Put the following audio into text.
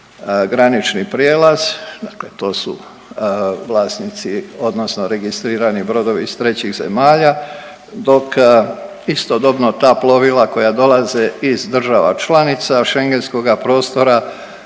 granični prijelaz, a to su vlasnici odnosno registrirani brodovi iz trećih zemalja dok istodobno ta plovila koja dolaze iz država članica schengenskoga prostora